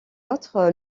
outre